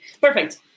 Perfect